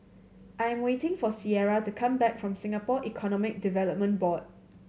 I am waiting for Sierra to come back from Singapore Economic Development Board